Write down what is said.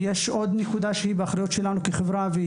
יש עוד נקודה שהיא באחריות שלנו כחברה,